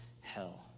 hell